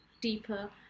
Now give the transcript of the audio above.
deeper